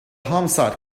homicide